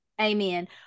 Amen